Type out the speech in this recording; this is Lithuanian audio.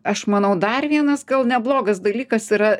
aš manau dar vienas gal neblogas dalykas yra